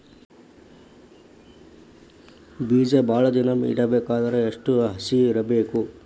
ಬೇಜ ಭಾಳ ದಿನ ಇಡಬೇಕಾದರ ಎಷ್ಟು ಹಸಿ ಇರಬೇಕು?